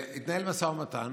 התנהל משא ומתן,